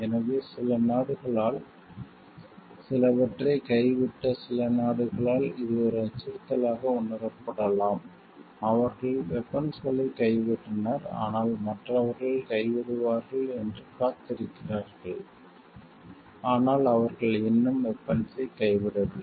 எனவே சில நாடுகளால் சிலவற்றை கைவிட்ட சில நாடுகளால் இது ஒரு அச்சுறுத்தலாக உணரப்படலாம் அவர்கள் வெபன்ஸ்களைக் கைவிட்டனர் ஆனால் மற்றவர்கள் கைவிடுவார்கள் என்று காத்திருக்கிறார்கள் ஆனால் அவர்கள் இன்னும் வெபன்ஸ்ஸை கைவிடவில்லை